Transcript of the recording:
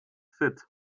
fit